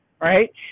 right